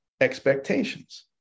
expectations